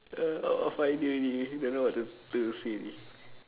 a lot of idea already don't know what to to fill really